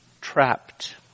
trapped